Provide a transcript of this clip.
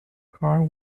car